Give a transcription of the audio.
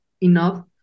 enough